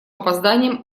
опозданием